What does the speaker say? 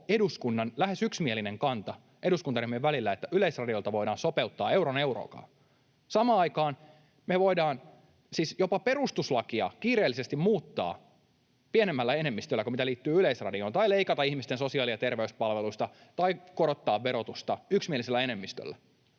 eduskunnan lähes yksimielinen kanta eduskuntaryhmien välillä, että Yleisradiolta voidaan sopeuttaa euron euroakaan. Samaan aikaan me voidaan siis jopa perustuslakia kiireellisesti muuttaa pienemmällä enemmistöllä kuin mitä liittyy Yleisradioon, tai leikata ihmisten sosiaali- ja terveyspalveluista tai korottaa verotusta yksimielisellä enemmistöllä,